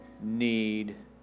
need